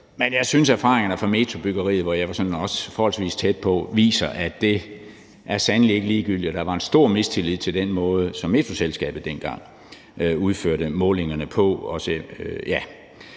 men jeg synes, at erfaringerne fra metrobyggeriet, hvor jeg også var sådan forholdsvis tæt på, viser, at det sandelig ikke er ligegyldigt. Der var en stor mistillid til den måde, som Metroselskabet dengang udførte målingerne på.